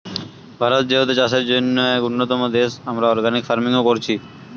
ভারত যেহেতু চাষের জন্যে এক উন্নতম দেশ, আমরা অর্গানিক ফার্মিং ও কোরছি